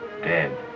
Dead